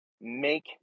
make